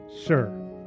sir